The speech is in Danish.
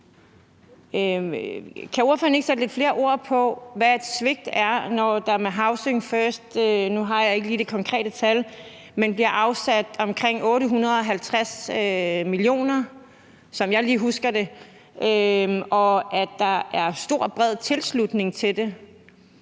Kan ordføreren ikke sætte lidt flere ord på, hvad et svigt er, når der med housing first bliver afsat – nu har jeg ikke lige det konkrete tal – omkring 850 mio. kr., som jeg lige husker det, og der er stor, bred tilslutning til det.